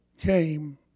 came